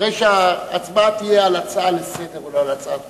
הרי שההצבעה תהיה על הצעה לסדר-היום ולא על הצעת חוק,